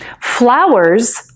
flowers